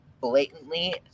blatantly